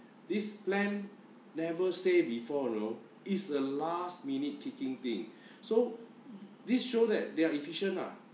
this plan never say before you know it's a last-minute kick-in thing so this show that they are efficient ah